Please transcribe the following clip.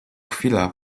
chwila